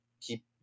keep